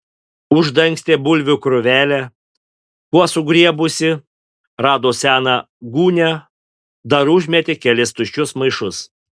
uždangstė bulvių krūvelę kuo sugriebusi rado seną gūnią dar užmetė kelis tuščius maišus